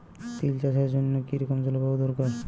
তিল চাষের জন্য কি রকম জলবায়ু দরকার?